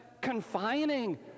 confining